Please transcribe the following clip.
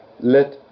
let